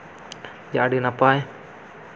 ᱟᱹᱰᱤ ᱱᱟᱯᱟᱭ